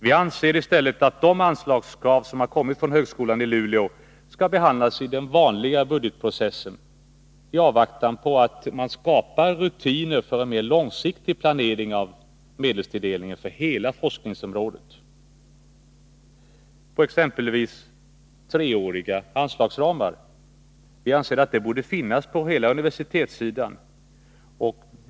Vi anser i stället att anslagskraven från högskolan i Luleå bör behandlas i den sedvanliga budgetprocessen i avvaktan på att rutiner skapas för en mer långsiktig planering av medelstilldelningen för hela forskningsområdet. Vi anser exempelvis att treåriga anslagsramar borde finnas på hela universitetssidan.